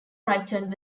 brighton